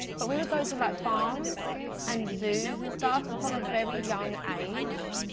but we would go to like farms and zoos and stuff and from a very young age,